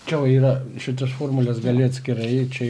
čia va yra šitas formules gali atskirai čia